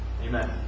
Amen